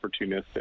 opportunistic